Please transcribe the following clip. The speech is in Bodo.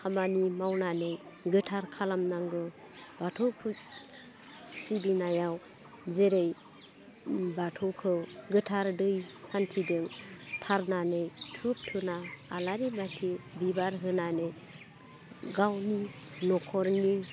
खामानि मावनानै गोथार खालामनांगौ बाथौ सिबिनायाव जेरै बाथौखौ गोथार दै सान्थिजों थारनानै धुब धुना आलारि बाथि बिबार होनानै गावनि न'खरनि